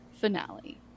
finale